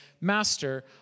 Master